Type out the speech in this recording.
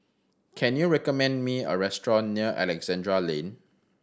can you recommend me a restaurant near Alexandra Lane